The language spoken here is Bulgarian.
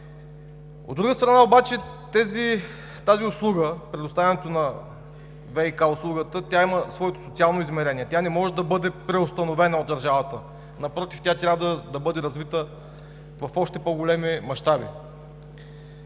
предоставянето на ВиК услугата, има своето социално измерение. Тя не може да бъде преустановена от държавата. Напротив, тя трябва да бъде развита в още по-големи мащаби,